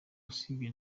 usibye